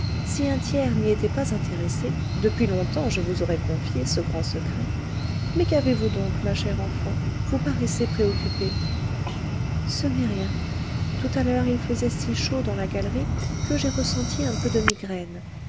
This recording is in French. si un tiers n'y était pas intéressé depuis longtemps je vous aurais confié ce grand secret mais qu'avez-vous donc ma chère enfant vous paraissez préoccupée ce n'est rien tout à l'heure il faisait si chaud dans la galerie que j'ai ressenti un peu de migraine